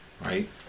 right